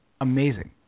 amazing